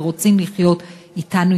ורוצים לחיות אתנו,